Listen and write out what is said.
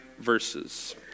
verses